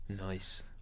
Nice